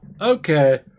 okay